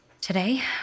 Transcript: Today